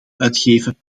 uitgeven